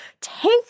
take